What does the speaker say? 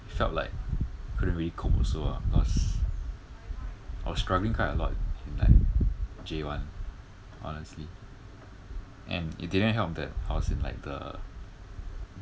felt like couldn't really cope also lah cause I was struggling quite a lot in like J one honestly and it didn't help that I was in like the